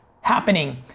happening